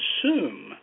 consume